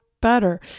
better